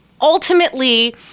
ultimately